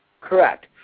Correct